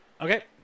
Okay